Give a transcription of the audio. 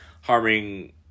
harming